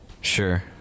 sure